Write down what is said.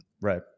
Right